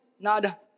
nada